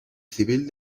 civil